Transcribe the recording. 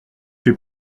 fait